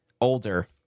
older